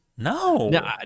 No